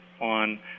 on